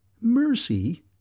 Mercy